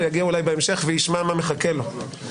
הוא יגיע אולי בהמשך וישמע מה מחכה לו.